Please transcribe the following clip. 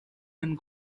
and